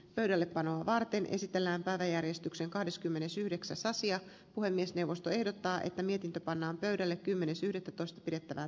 pöydällepanoa varten esitellään päiväjärjestyksen kahdeskymmenesyhdeksäsasia puhemiesneuvosto ehdottaa että mietintö pannaan pöydälle kymmenes yhdettätoista pidettävän